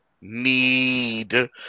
need